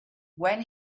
when